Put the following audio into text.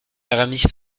aramis